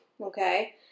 Okay